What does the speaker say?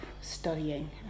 studying